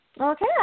Okay